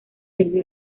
desde